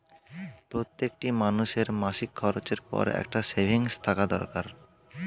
প্রত্যেকটি মানুষের মাসিক খরচের পর একটা সেভিংস থাকা দরকার